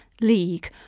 league